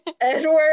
edward